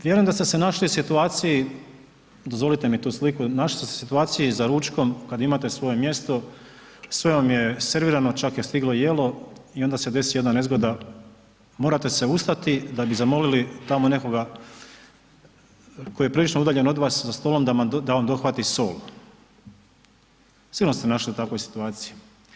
Vjerujem da ste se našli u situaciji, dozvolite mi tu sliku, našli se u situaciji za ručkom kad imate svoje mjesto, sve vam je servirano, čak je stiglo jelo i onda se desi jedna nezgoda morate se ustati da bi zamolili tamo nekoga tko je prilično udaljen od vas za stolom, da vam dohvati sol, sigurno ste se našli u takvoj situaciji.